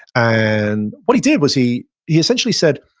and what he did was he he essentially said,